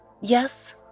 Yes